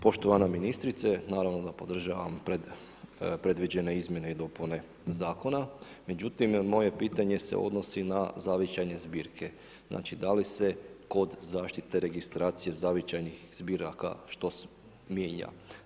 Poštovana ministrice, naravno da podržavam predviđene izmjene i dopune zakona, međutim moje pitanje se odnosi na zavičajna zbirke, znači da li se kod zaštite registracije zavičajnih zbiraka što mijenja?